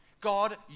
God